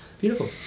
Beautiful